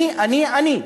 אני, אני, אני.